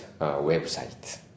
website